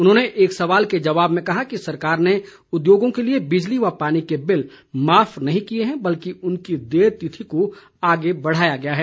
उन्होंने एक सवाल के जवाब में कहा कि सरकार ने उद्योगों के लिए बिजली व पानी के बिल माफ नहीं किए हैं बल्कि इनकी देय तिथि को आगे बढ़ाया गया है